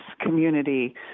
community